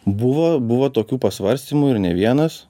buvo buvo tokių pasvarstymų ir ne vienas